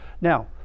Now